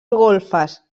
golfes